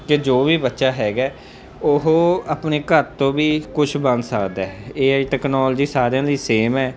ਕਿ ਜੋ ਵੀ ਬੱਚਾ ਹੈਗਾ ਉਹ ਆਪਣੇ ਘਰ ਤੋਂ ਵੀ ਕੁਛ ਬਣ ਸਕਦਾ ਹੈ ਏ ਆਈ ਟੈਕਨੋਲਜੀ ਸਾਰਿਆਂ ਲਈ ਸੇਮ ਹੈ